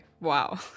Wow